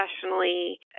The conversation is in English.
professionally